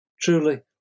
Truly